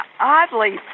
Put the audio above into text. Oddly